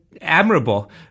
admirable